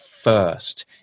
first